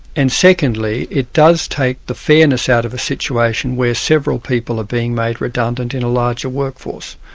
and secondly, it does take the fairness out of a situation where several people are being made redundant in a larger workforce.